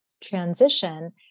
transition